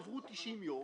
עברו 90 יום,